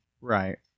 Right